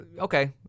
okay